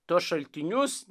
tuos šaltinius